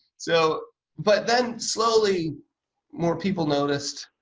so but then slowly more people noticed,